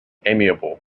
amiable